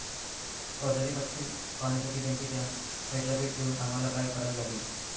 कर्जाचे तपशील पाहण्यासाठी बँकेच्या साइटला भेट देऊन आम्हाला काय करावे लागेल?